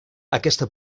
aquesta